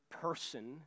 person